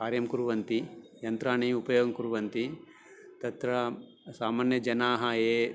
कार्यं कुर्वन्ति यन्त्राणि उपयोगं कुर्वन्ति तत्र सामान्यजनाः ये